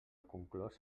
conclòs